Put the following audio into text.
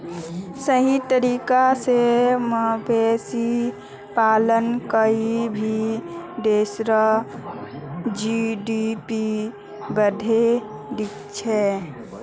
सही तरीका स मवेशी पालन कोई भी देशेर जी.डी.पी बढ़ैं दिछेक